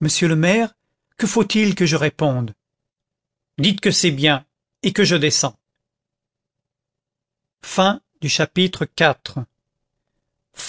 monsieur le maire que faut-il que je réponde dites que c'est bien et que je descends chapitre v bâtons